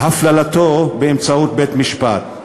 הפללתו באמצעות בית-משפט.